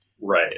Right